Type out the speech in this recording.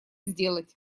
сделать